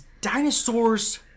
dinosaurs